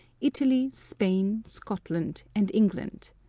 italy, spain, scotland, and england.